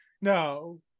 no